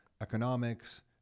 economics